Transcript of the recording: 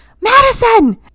Madison